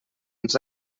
ens